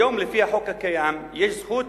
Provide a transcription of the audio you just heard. היום, לפי החוק הקיים, יש זכות